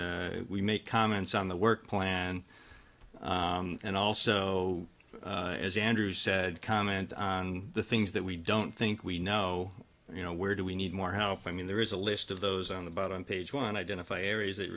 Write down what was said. we make comments on the work plan and and also as andrew said comment on the things that we don't think we know you know where do we need more how i mean there is a list of those on the bottom page one identify areas th